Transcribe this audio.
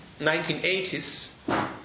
1980s